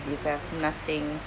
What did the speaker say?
you have nothing